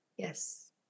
Yes